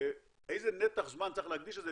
איזה נתח זמן צריך להקדיש לזה,